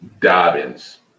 Dobbins